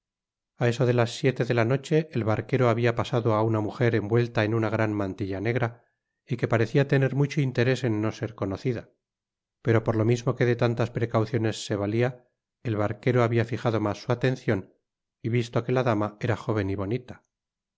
a eso de las siete de la noche el barquero habia pasado á una mujer envuelta en una gran mantilla negra y que parecia tener mucho interés en no ser conocida pero por lo mismo que de tantas precauciones se valia el barquero habia fijado mas su atencion y visto que la dama era jóven y bonita entonces lo